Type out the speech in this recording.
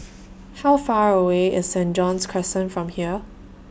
How Far away IS Saint John's Crescent from here